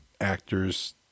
actors